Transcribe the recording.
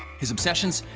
his obsessions?